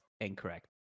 incorrect